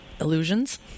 illusions